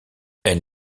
elle